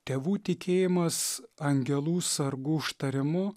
tėvų tikėjimas angelų sargų užtarimu